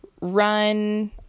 run